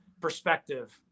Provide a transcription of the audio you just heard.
perspective